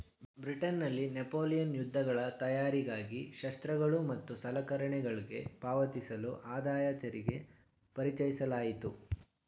ಬ್ರಿಟನ್ನಲ್ಲಿ ನೆಪೋಲಿಯನ್ ಯುದ್ಧಗಳ ತಯಾರಿಗಾಗಿ ಶಸ್ತ್ರಾಸ್ತ್ರಗಳು ಮತ್ತು ಸಲಕರಣೆಗಳ್ಗೆ ಪಾವತಿಸಲು ಆದಾಯತೆರಿಗೆ ಪರಿಚಯಿಸಲಾಯಿತು